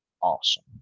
awesome